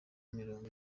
mirongo